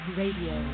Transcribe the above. radio